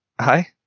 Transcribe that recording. hi